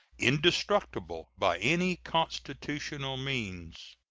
indestructible by any constitutional means.